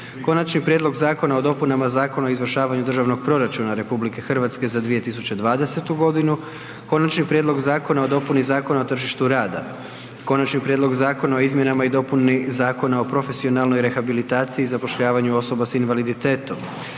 Konačni prijedlog Zakona o dopunama Zakona o izvršavanju državnog proračuna RH za 2020. godinu - Končani prijedlog Zakona o dopuni Zakona o tržištu rada - Konačni prijedlog Zakona o izmjenama i dopuni Zakona o profesionalnoj rehabilitaciji i zapošljavanju osoba sa invaliditetom